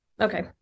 Okay